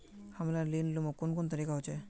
हमरा ऋण लुमू कुन कुन तरीका होचे?